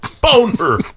Boner